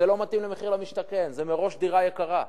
זה לא מתאים למחיר למשתכן, זה מראש דירה יקרה,